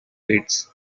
fits